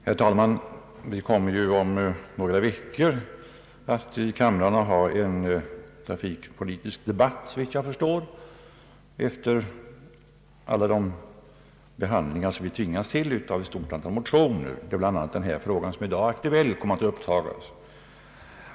Herr talman! Vi kommer såvitt jag förstår att i båda kamrarna om några veckor ha en trafikpolitisk debatt, som vi tvingas till av ett stort antal motioner. Där kommer även den fråga som i dag är aktuell att tas upp.